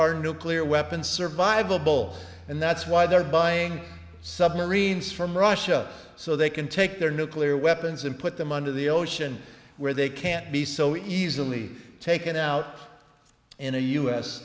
our nuclear weapons survivable and that's why they're buying submarines from russia so they can take their nuclear weapons and put them under the ocean where they can't be so easily taken out in